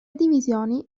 divisioni